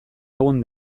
egun